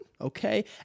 Okay